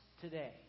today